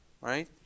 Right